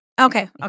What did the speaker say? Okay